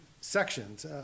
sections